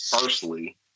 firstly